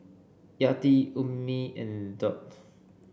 Yati Ummi and Daud